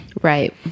Right